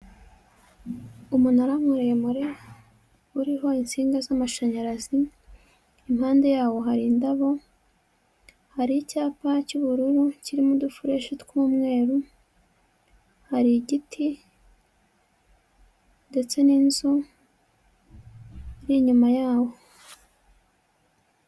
Umunara muremure, uriho insinga z'amashanyarazi, impande yawo hari indabo, hari icyapa cy'ubururu kirimo udufureshi tw'umweru, hari igiti ndetse n'inzu iri inyuma yawo.